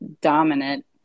dominant